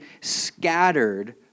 scattered